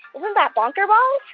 isn't that bonkerballs?